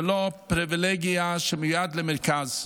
אינה פריבילגיה שמיועדת למרכז,